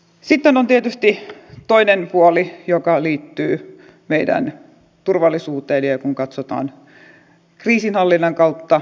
sitten on tietysti toinen puoli joka liittyy meidän turvallisuuteen eli kun katsotaan kriisinhallinnan kautta